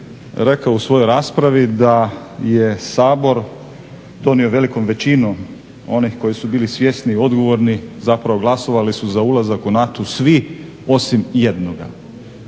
rekao u svojoj raspravi da je Sabor donio velikom većinom onih koji su bili svjesni, odgovorni zapravo glasovali su za ulazak u NATO svi osim jednoga.